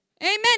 Amen